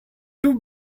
too